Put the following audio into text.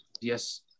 Yes